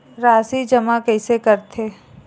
राशि जमा कइसे करथे?